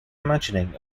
imagining